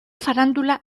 farándula